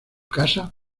casa